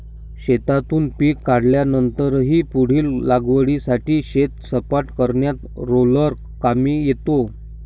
शेतातून पीक कापल्यानंतरही पुढील लागवडीसाठी शेत सपाट करण्यात रोलर कामी येतो